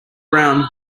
brown